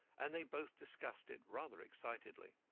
and they both discussed it rather excitedly.